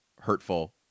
hurtful